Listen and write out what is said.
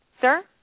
Sir